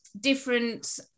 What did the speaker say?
different